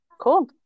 cool